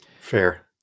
Fair